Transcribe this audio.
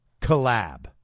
collab